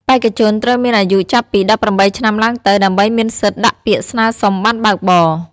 បេក្ខជនត្រូវមានអាយុចាប់ពី ១៨ ឆ្នាំឡើងទៅ ដើម្បីមានសិទ្ធិដាក់ពាក្យស្នើសុំប័ណ្ណបើកបរ។